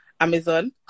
Amazon